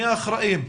מי האחראים.